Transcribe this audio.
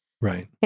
Right